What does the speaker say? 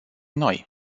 noi